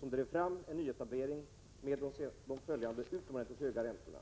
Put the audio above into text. som drev fram en nyetablering med de följande utomordentligt höga räntorna.